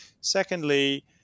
Secondly